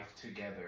together